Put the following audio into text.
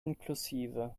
inklusive